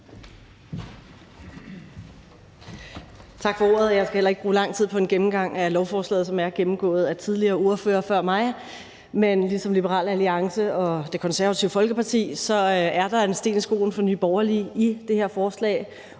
Tak for ordet. Jeg skal heller ikke bruge lang tid på en gennemgang af lovforslaget, som er gennemgået af tidligere ordførere før mig. Men ligesom for Liberal Alliance og Det Konservative Folkeparti er der en sten i skoen for Nye Borgerlige i det her forslag,